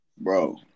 Bro